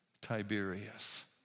Tiberius